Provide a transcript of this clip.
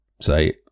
say